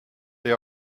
they